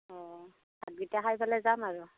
অঁ ভাতগিতা খাই ফেলে যাম আৰু